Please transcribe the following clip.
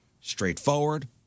straightforward